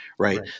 Right